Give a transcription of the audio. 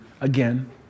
again